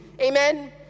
Amen